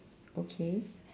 okay